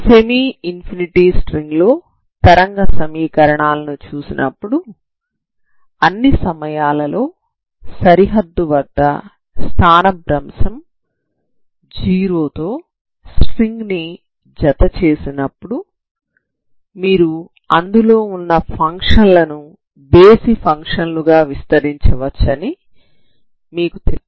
semi infinity string లో తరంగ సమీకరణాలను చూసినప్పుడు అన్ని సమయాలలో సరిహద్దు వద్ద స్థానభ్రంశం 0 తో స్ట్రింగ్ ని జత చేసినప్పుడు మీరు అందులో వున్న ఫంక్షన్లను బేసి ఫంక్షన్ లుగా విస్తరించవచ్చని మీకు తెలుసు